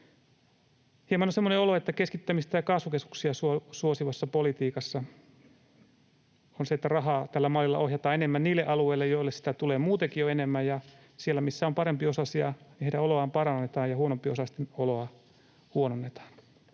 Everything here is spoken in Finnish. Hieman on semmoinen olo, että keskittämistä ja kasvukeskuksia suosivassa politiikassa rahaa ohjataan tällä mallilla enemmän niille alueille, joille sitä tulee muutenkin jo enemmän, ja siellä, missä on parempiosaisia, heidän oloaan parannetaan ja huonompiosaisten oloa huononnetaan.